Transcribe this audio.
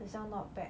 很像 not bad